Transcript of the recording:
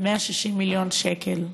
160 מיליון שקל.